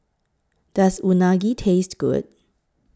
Does Unagi Taste Good